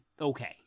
okay